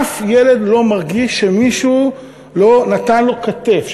אף ילד לא מרגיש שמישהו לא נתן לו כתף,